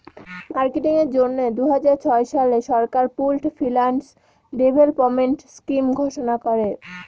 marketing এর জন্য দুই হাজার ছয় সালে সরকার পুল্ড ফিন্যান্স ডেভেলপমেন্ট স্কিম ঘোষণা করে